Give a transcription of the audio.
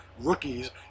rookies